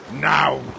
Now